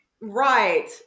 right